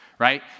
right